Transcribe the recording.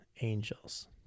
angels